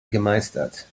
gemeistert